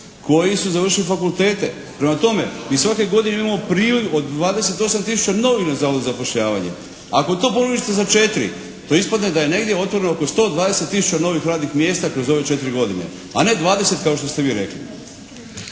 koji su završili fakultete. Prema tome, mi svake godine imamo priliv od 28 tisuća novih na Zavodu za zapošljavanje. Ako to pomnožite sa 4, to ispadne da je negdje otvoreno oko 120 tisuća novih radnih mjesta kroz ove 4 godine, a ne 20 kao što ste vi rekli.